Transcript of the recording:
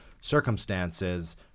circumstances